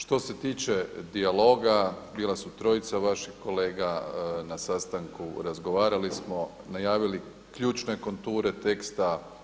Što se tiče dijaloga bila su trojica vaših kolega na sastanku, razgovarali smo, najavili ključne konture teksta.